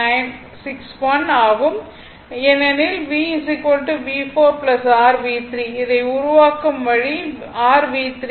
61 ஆக இருக்கும் ஏனெனில் VV4 r V3 இதை உருவாக்கும் வழி r V3